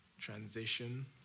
transition